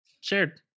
shared